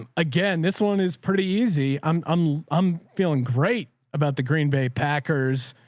um again, this one is pretty easy. i'm i'm i'm feeling great about the green bay packers,